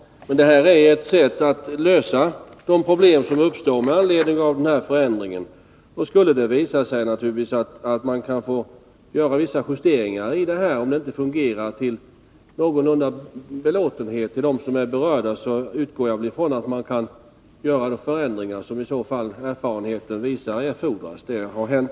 Man har ju här kommit fram till ett sätt att lösa de problem som uppstår med anledning av den aktuella förändringen. Skulle det visa sig att den nya trafikorganisationen inte fungerar till någorlunda belåtenhet för dem som är berörda, utgår jag ifrån att man får göra de förändringar som erfarenheten visar är erforderliga. Det har hänt